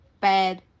bad